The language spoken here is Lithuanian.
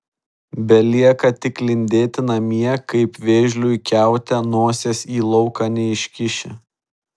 belieka tik lindėti namie kaip vėžliui kiaute nosies į lauką neiškiši